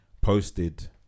posted